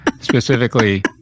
specifically